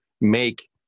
make